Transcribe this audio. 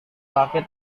laki